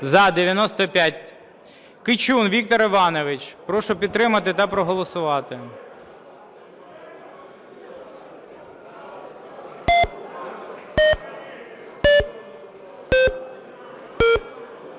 За-95 Кичун Віктор Іванович. Прошу підтримати та проголосувати.